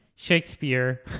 shakespeare